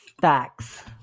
facts